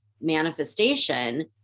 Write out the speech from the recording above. manifestation